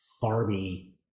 Barbie